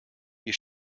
wir